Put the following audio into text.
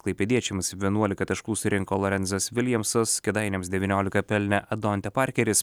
klaipėdiečiams vienuolika taškų surinko lorenzas viljamsas kėdainiams devyniolika pelnė adontė parkeris